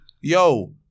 yo